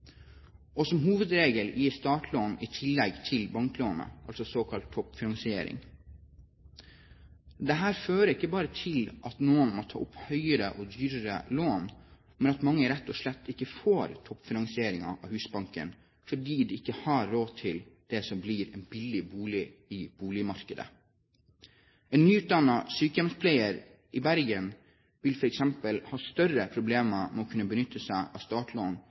Og som hovedregel gis startlån i tillegg til banklånet, såkalt toppfinansiering. Dette fører ikke bare til at noen må ta opp høyere og dyrere lån, men at mange rett og slett ikke får toppfinansieringen av Husbanken fordi de ikke har råd til det som blir en billig bolig i boligmarkedet. En nyutdannet sykepleier i Bergen vil f.eks. ha større problemer med å kunne benytte seg av startlån